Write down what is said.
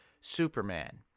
superman